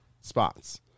spots